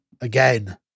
Again